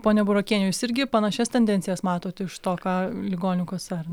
ponia burokiene jūs irgi panašias tendencijas matot iš to ką ligonių kasa ar ne